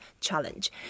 challenge